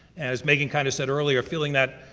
as meghan kind of said earlier, feeling that,